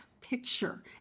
picture